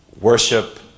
worship